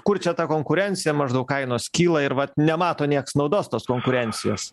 kur čia ta konkurencija maždaug kainos kyla ir vat nemato nieks naudos tos konkurencijos